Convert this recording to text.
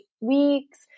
weeks